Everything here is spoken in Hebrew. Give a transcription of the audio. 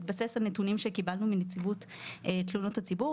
המסמך מתבסס על נתונים שקיבלנו מנציבות תלונות הציבור,